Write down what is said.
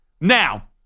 Now